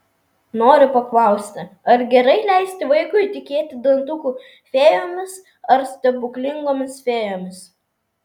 noriu paklausti ar gerai leisti vaikui tikėti dantukų fėjomis ar stebuklingomis fėjomis